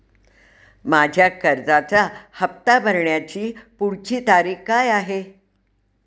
माझ्या कर्जाचा हफ्ता भरण्याची पुढची तारीख काय आहे?